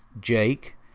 Jake